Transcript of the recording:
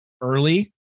early